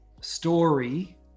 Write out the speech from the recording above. story